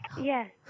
yes